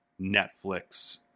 Netflix